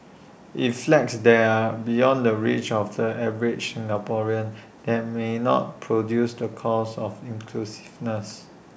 if flats there are beyond the reach of the average Singaporean that may not produce the cause of inclusiveness